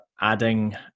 adding